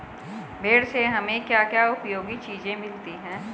भेड़ से हमें क्या क्या उपयोगी चीजें मिलती हैं?